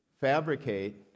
fabricate